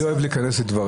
אני לא אוהב להיכנס לדבריך,